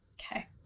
okay